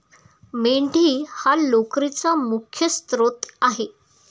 मेंढी हा लोकरीचा मुख्य स्त्रोत आहे